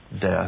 death